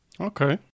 Okay